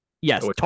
Yes